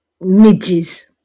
Midges